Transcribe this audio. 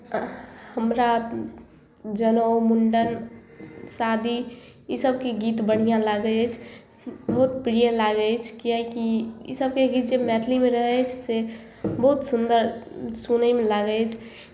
हमरा जनेउ मुण्डन शादी इसभके गीत बढ़िआँ लागैत अछि बहुत प्रिय लागैत अछि किएकि इसभके गीत जे मैथिलीमे रहैत अछि से बहुत सुन्दर सुनयमे लागैत अछि